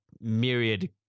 myriad